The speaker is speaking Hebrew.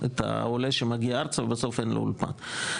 העולה שמגיע ארצה ובסוף אין לו אולפן.